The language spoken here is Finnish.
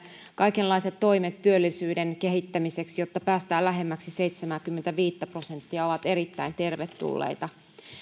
kaikenlaiset toimet työllisyyden kehittämiseksi jotta päästään lähemmäksi seitsemääkymmentäviittä prosenttia ovat erittäin tervetulleita